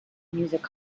music